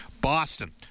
boston